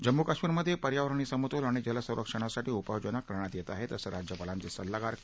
जम्मू कश्मीरमधे पर्यावरणीय समतोल आणि जलसंरक्षणासाठी उपाययोजना करण्यात येत आहेत असं राज्यपालांचे सल्लागार के